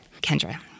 Kendra